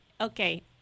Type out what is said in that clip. Okay